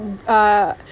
uh